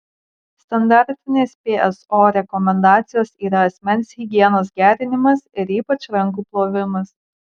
standartinės pso rekomendacijos yra asmens higienos gerinimas ir ypač rankų plovimas